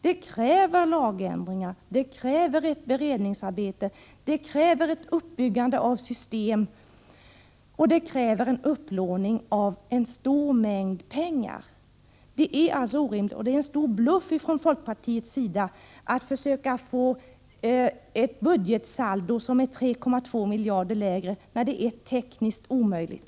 Det krävs lagändringar, ett beredningsarbete, ett uppbyggande av system och en upplåning av en stor summa pengar. Det är alltså orimligt. Och det är en stor bluff från folkpartiets sida att försöka få ett budgetsaldo som är 3,2 miljarder lägre, när det är tekniskt omöjligt.